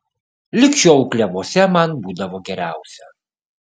lig šiol klevuose man būdavo geriausia